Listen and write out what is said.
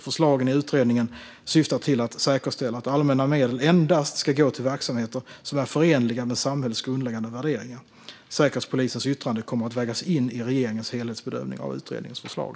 Förslagen i utredningen syftar till att säkerställa att allmänna medel endast ska gå till verksamheter som är förenliga med samhällets grundläggande värderingar. Säkerhetspolisens yttrande kommer att vägas in i regeringens helhetsbedömning av utredningens förslag.